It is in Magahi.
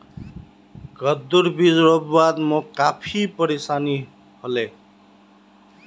कद्दूर बीज रोपवात मोक काफी परेशानी ह ले